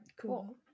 cool